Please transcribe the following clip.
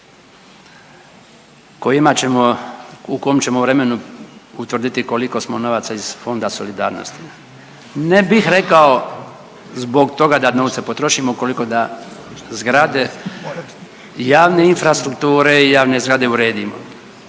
kojem ćemo vremenu utvrditi koliko smo novaca iz Fonda solidarnosti. Ne bih rekao zbog toga da novce potrošimo koliko da zgrade javne infrastrukture i javne zgrade uredimo